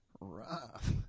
rough